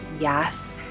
yes